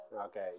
Okay